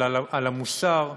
אלא על המוסר,